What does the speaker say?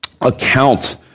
account